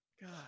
God